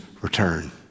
return